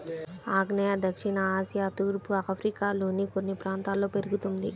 ఆగ్నేయ దక్షిణ ఆసియా తూర్పు ఆఫ్రికాలోని కొన్ని ప్రాంతాల్లో పెరుగుతుంది